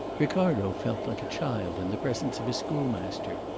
ricardo felt like a child in the presence of his schoolmaster.